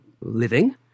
living